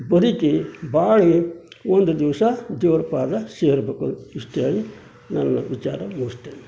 ಬದುಕಿ ಬಾಳಿ ಒಂದು ದಿವಸ ದೇವ್ರ ಪಾದ ಸೇರಬೇಕು ಇಷ್ಟು ಹೇಳಿ ನನ್ನ ವಿಚಾರ ಮುಗಿಸ್ತೇನೆ